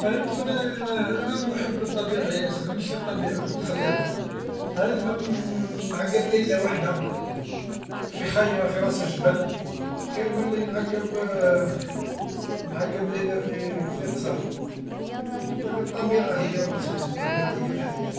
﻿انا نتمن أنا محب للطبيعة ياسر أنا نشتي الطبيعة الخلابة، أنا نتمن نعقب ليلة وحدة في خيمة في راس الجبل خير ملي نعقب معقب ليلة في في قصر. لا لا الطبيعة هي الرسمي الطبيعة هي الحياة.